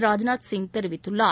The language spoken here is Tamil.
ராஜ்நாத் சிங் தெரிவித்துள்ளார்